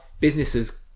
businesses